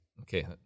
Okay